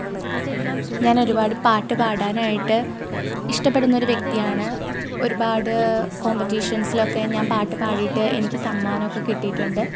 ഞാൻ ഒരുപാട് പാട്ട് പാടാനായിട്ട് ഇഷ്ടപ്പെടുന്നൊരു വ്യക്തിയാണ് ഒരുപാട് കോമ്പറ്റീഷന്സിലൊക്കെ ഞാന് പാട്ട് പാടിയിട്ട് എനിക്ക് സമ്മാനമൊക്കെ കിട്ടിയിട്ടുണ്ട്